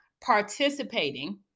participating